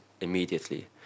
immediately